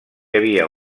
havia